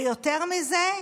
ויותר מזה,